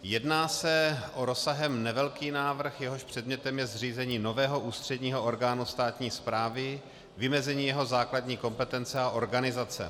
Jedná se o rozsahem nevelký návrh, jehož předmětem je zřízení nového ústředního orgánu státní správy, vymezení jeho základní kompetence a organizace.